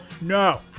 no